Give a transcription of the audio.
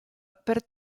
per